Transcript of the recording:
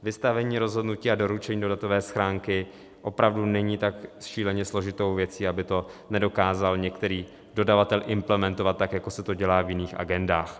Vystavení rozhodnutí a doručení do datové schránky opravdu není tak šíleně složitou věcí, aby to nedokázal některý dodavatel implementovat tak, jako se to dělá v jiných agendách.